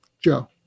Joe